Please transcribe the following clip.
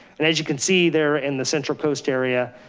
and as you can see there in the central coast area,